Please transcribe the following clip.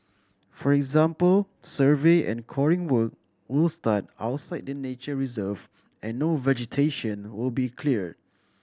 for example survey and coring work will start outside the nature reserve and no vegetation will be cleared